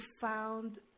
found